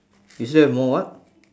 you still have more what